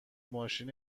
ماشین